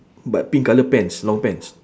but pink colour pants long pants